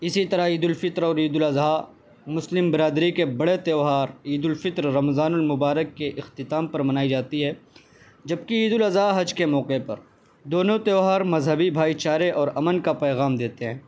اسی طرح عید الفطر اور عید الاضحیٰ مسلم برادری کے بڑے تہوار عید الفطر رمضان المبارک کے اختتام پر منائی جاتی ہے جب کہ عید الاضحیٰ حج کے موقع پر دونوں تہوار مذہبی بھائی چارے اور امن کا پیغام دیتے ہیں